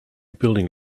building